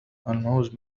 الموز